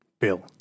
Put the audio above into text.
bill